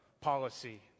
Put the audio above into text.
policy